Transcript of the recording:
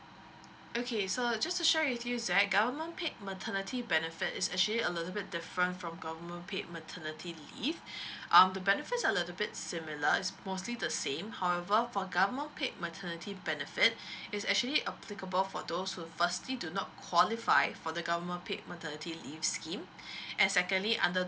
okay so just to share with you zack government paid maternity benefit is actually a little bit different from government paid maternity leave um the benefits are a little bit similar it's mostly the same however for government paid maternity benefit is actually applicable for those who firstly do not qualified for the government paid maternity leave scheme and secondly under